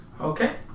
Okay